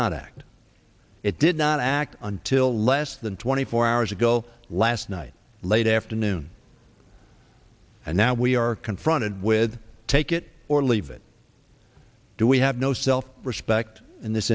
not act it did not act until less than twenty four hours ago last night late afternoon and now we are confronted with take it or leave it do we have no self respect in this